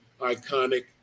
iconic